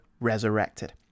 resurrected